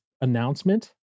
announcement